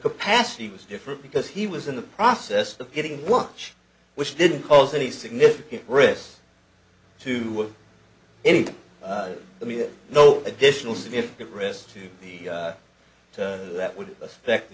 capacity was different because he was in the process of getting work which didn't pose any significant risks to any i mean no additional significant risk to the turn that would affect the